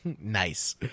Nice